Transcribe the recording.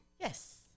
Yes